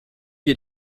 wir